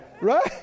Right